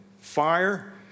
fire